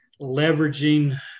leveraging